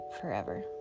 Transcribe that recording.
forever